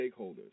stakeholders